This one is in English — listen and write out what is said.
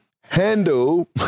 handle